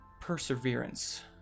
perseverance